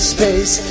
Space